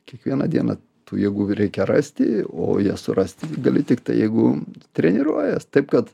kiekvieną dieną jeigu reikia rasti o jas surasti gali tiktai jeigu treniruojies taip kad